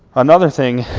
another thing,